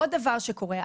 עוד דבר שקורה.